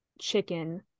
chicken